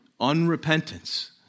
unrepentance